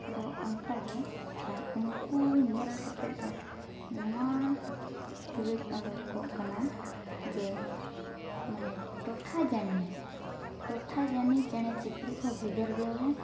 ᱟᱫᱚ ᱚᱱᱠᱟᱜᱮ ᱟᱨ ᱩᱱᱠᱩ ᱧᱮᱞ ᱠᱟᱛᱮᱫ ᱫᱚ ᱱᱚᱣᱟ ᱠᱨᱤᱡ ᱚᱸᱰᱚᱠᱚᱜ ᱠᱟᱱᱟ ᱡᱮ ᱢᱟᱱᱮ ᱴᱚᱴᱷᱟ ᱡᱟᱱᱤ ᱴᱚᱴᱷᱟ ᱡᱟᱱᱤ ᱪᱮᱬᱮ ᱪᱤᱯᱨᱩᱜ ᱦᱚᱸ ᱵᱷᱮᱜᱟᱨ ᱜᱮᱭᱟ ᱵᱚ